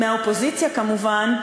מהאופוזיציה כמובן,